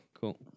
cool